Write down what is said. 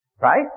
Right